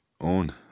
own